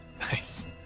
Nice